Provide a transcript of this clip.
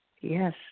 Yes